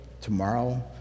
tomorrow